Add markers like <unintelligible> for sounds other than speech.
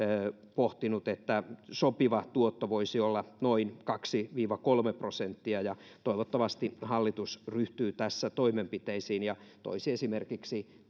pohtinut että sopiva tuotto voisi olla noin kaksi viiva kolme prosenttia toivottavasti hallitus ryhtyy tässä toimenpiteisiin ja toisi nyt esimerkiksi <unintelligible>